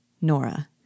Nora